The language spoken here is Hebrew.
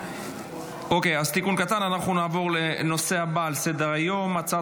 אנחנו נעבור לסעיף הבא בסדר-היום: החלטת